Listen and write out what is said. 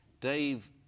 Dave